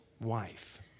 wife